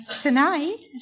tonight